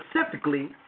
specifically